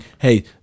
hey